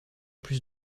plus